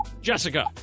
Jessica